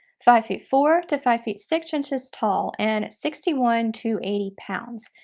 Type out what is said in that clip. five feet four to five feet six inches tall and sixty one to eighty pounds.